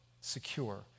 secure